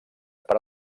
per